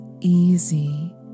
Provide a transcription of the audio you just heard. easy